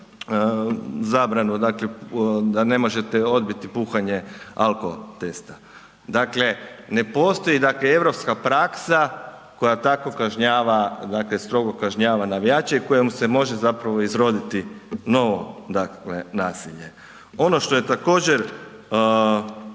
zabranu da ne možete odbiti puhanje alkotesta. Dakle, ne postoji europska praksa koja tako kažnjava, strogo kažnjava navijače i kojim se može izroditi novo nasilje. Ono što je također